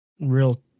real